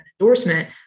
endorsement